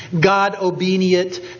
God-obedient